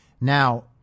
Now